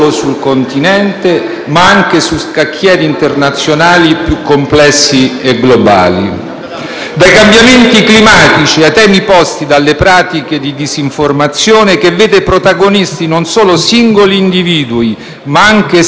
Dai cambiamenti climatici ai temi posti dalle pratiche di disinformazione, che vedono protagonisti non solo singoli individui, ma anche Stati di primaria importanza, ma soprattutto sul fronte dell'economia e della competitività,